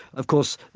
of course,